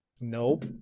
nope